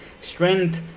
strength